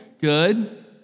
Good